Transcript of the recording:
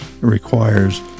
requires